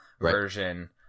version